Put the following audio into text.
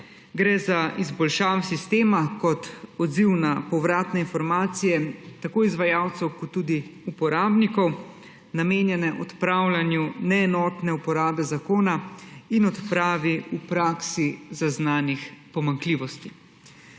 Gre za izboljšave sistema kot odziv na povratne informacije tako izvajalcev kot tudi uporabnikov, namenjene odpravljanju neenotne uporabe zakona in odpravi v praksi zaznanih pomanjkljivosti.